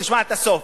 תשמע את הסוף.